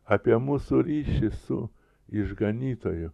apie mūsų ryšį su išganytoju